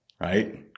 right